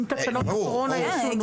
אם תקנות הקורונה ישונו --- ברור.